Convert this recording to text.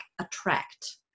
attract